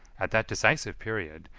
at that decisive period,